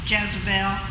Jezebel